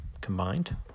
combined